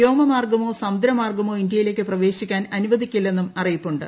വ്യോമമാർഗമോ സമുദ്രമാർഗമോ ഇന്ത്യയിലേക്ക് പ്രവേശിക്കാൻ അനുവദിക്കില്ലെന്നും അറിയിപ്പുണ്ട്